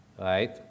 Right